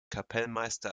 kapellmeister